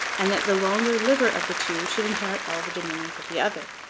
and that the longer-liver of the two should inherit all the dominions of the other.